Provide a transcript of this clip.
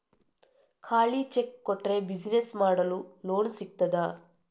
ಖಾಲಿ ಚೆಕ್ ಕೊಟ್ರೆ ಬಿಸಿನೆಸ್ ಮಾಡಲು ಲೋನ್ ಸಿಗ್ತದಾ?